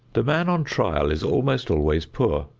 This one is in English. the man on trial is almost always poor.